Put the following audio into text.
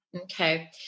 Okay